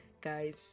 guys